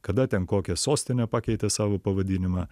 kada ten kokia sostinė pakeitė savo pavadinimą